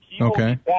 Okay